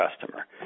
customer